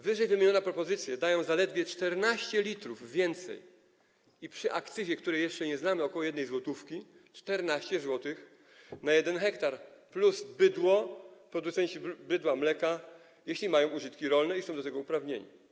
Wyżej wymienione propozycje dają zaledwie 14 l więcej i przy akcyzie, której jeszcze nie znamy, ok. 1 zł, 14 zł na 1 ha plus producenci bydła, mleka, jeśli mają użytki rolne i są do tego uprawnieni.